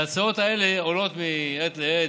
ההצעות האלה עולות מעת לעת.